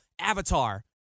avatar